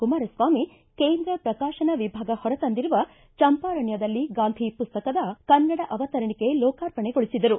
ಕುಮಾರಸ್ವಾಮಿ ಕೇಂದ್ರ ಪ್ರಕಾಶನ ವಿಭಾಗ ಹೊರ ತಂದಿರುವ ಚಂಪಾರಣ್ಯದಲ್ಲಿ ಗಾಂಧಿ ಮಸ್ತಕದ ಕನ್ನಡ ಅವತರಿಣಿಕೆ ಲೋಕಾರ್ಪಣೆಗೊಳಿಸಿದರು